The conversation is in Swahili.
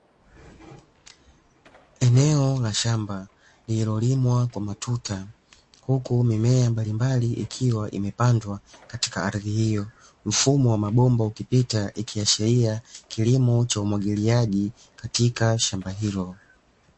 Eneo la shamba lililolimwa kwa matuta huku mimea mbalimbali ikiwa imepandwa katika ardhi hiyo. Mfumo wa mabomba ukipita ikiashiria kilimo cha umwagiliaji katika shamba hilo.